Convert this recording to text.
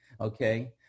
okay